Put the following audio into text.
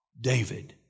David